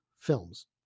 films